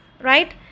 right